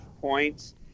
points